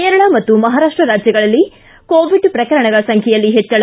ಕೇರಳ ಮತ್ತು ಮಹಾರಾಷ್ಷ ರಾಜ್ಯಗಳಲ್ಲಿ ಕೋವಿಡ್ ಪ್ರಕರಣಗಳ ಸಂಖ್ಯೆಯಲ್ಲಿ ಹೆಚ್ಚಳ